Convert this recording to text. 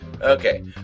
Okay